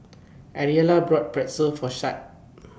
Ariella bought Pretzel For Chet